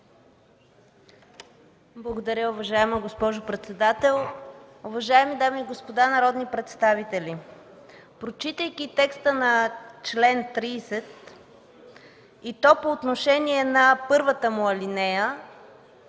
Благодаря Ви, госпожо председател. Уважаеми дами и господа народни представители, прочитайки текста на чл. 30 и то по отношение на първата му алинея,